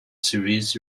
series